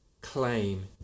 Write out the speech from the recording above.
claim